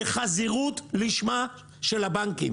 זה חזירות לשמה של הבנקים